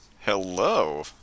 Hello